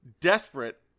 desperate